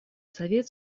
совет